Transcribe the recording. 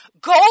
Go